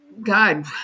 God